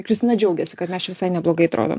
kristina džiaugėsi kad mes čia visai neblogai atrodom